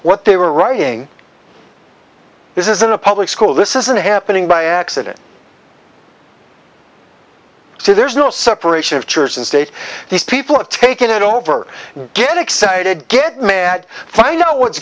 what they were writing this isn't a public school this isn't happening by accident so there's no separation of church and state these people have taken it over get excited get mad find out what's